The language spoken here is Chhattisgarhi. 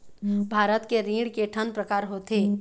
भारत के ऋण के ठन प्रकार होथे?